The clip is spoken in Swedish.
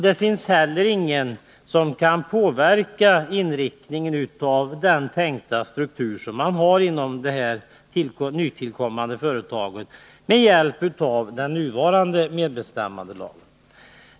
Det finns heller ingen som kan påverka inriktningen av den tänkta strukturen inom det nytillkommande företaget med hjälp av den nuvarande medbestämmandelagen.